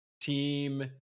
team